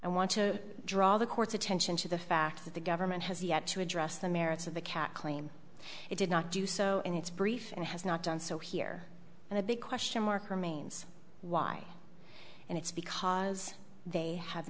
i want to draw the court's attention to the fact that the government has yet to address the merits of the cat claim it did not do so in its brief and has not done so here and the big question mark remains why and it's because they have